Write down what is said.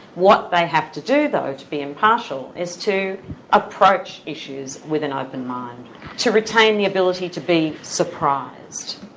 what they have to do though to be impartial is to approach issues with an open mind to retain the ability to be surprised.